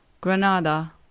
Granada